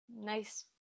nice